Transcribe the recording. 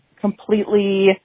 completely